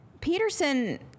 Peterson